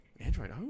Android